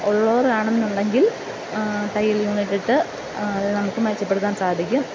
ഉള്ളവരാണെന്ന് ഉണ്ടെങ്കിൽ തയ്യൽ യൂണിറ്റിട്ട് നമുക്ക് മെച്ചപ്പെടുത്താൻ സാധിക്കും